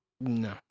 No